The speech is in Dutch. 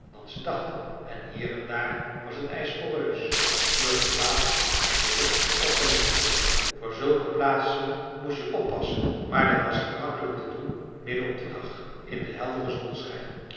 dan ze dachten en hier en daar was het ijs poreus zoodat het water er door op en neer borrelde voor zulke plaatsen moest je oppassen maar dat was gemakkelijk te doen midden op den dag in den helderen zonneschijn